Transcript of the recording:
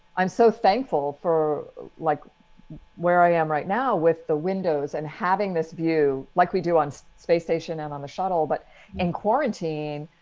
i'm so thankful for like where i am right now with the windows and having this view like we do on the so space station and on the shuttle. but in quarantine,